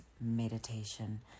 meditation